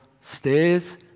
stairs